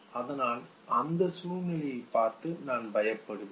அதனால் அந்த சூழ்நிலையை பார்த்து நான் பயப்படுவேன்